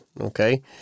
Okay